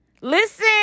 Listen